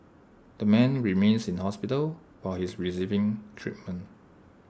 the man remains in hospital where he is receiving treatment